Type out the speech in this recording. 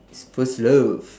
first love